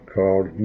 Called